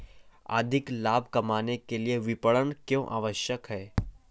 अधिक लाभ कमाने के लिए विपणन क्यो आवश्यक है?